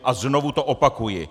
A znovu to opakuji!